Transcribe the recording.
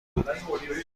بود